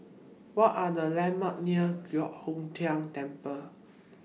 What Are The landmarks near Giok Hong Tian Temple